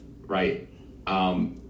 right